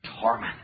torment